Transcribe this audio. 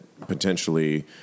potentially